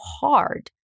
hard